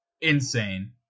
insane